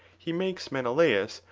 he makes menelaus,